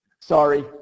sorry